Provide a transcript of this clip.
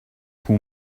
who